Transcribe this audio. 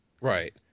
Right